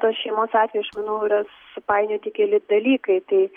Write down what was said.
tos šeimos atveju aš manau yra supainioti keli dalykai tai